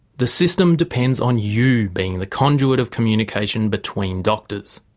the system depends on you being the conduit of communication between doctors.